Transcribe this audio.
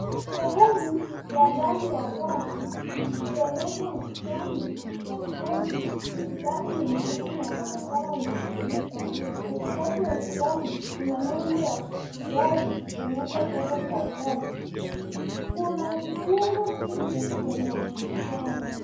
Sehemu ya ndani ya gari ikionyesha usukani, dashibodi. Usukani ni mweusi na unaonekana umetumika. Katikati ya usukani, kuna nembo ya Subaru ikionyesha charter cha gari. Kuna viungo vingi kwenye usukani.